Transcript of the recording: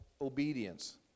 obedience